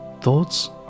Thoughts